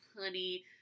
honey